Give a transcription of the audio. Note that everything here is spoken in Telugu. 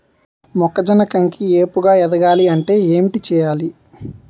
మొక్కజొన్న కంకి ఏపుగ ఎదగాలి అంటే ఏంటి చేయాలి?